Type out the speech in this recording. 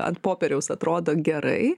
ant popieriaus atrodo gerai